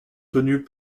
tenues